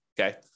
Okay